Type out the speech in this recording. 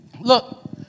look